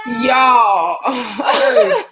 Y'all